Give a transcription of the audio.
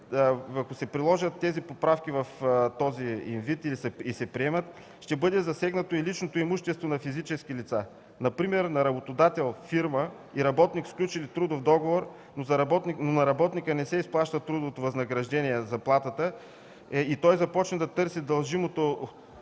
и се приложат тези поправки в този им вид, ще бъде засегнато и личното имущество на физически лица. Например, на работодател-фирма и работник, сключили трудов договор, но на работника не се изплаща трудовото възнаграждение – заплатата, и той започне да търси дължимото